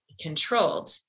controlled